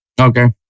Okay